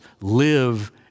live